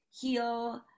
heal